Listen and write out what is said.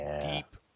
deep